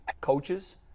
coaches